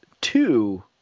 two